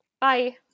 Bye